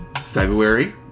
February